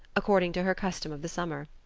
according to her custom of the summer.